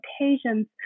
occasions